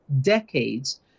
decades